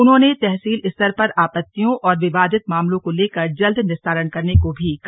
उन्होंने तहसील स्तर पर अपत्तियों और विवादित मामलों को लेकर जल्द निस्तारण करने को भी कहा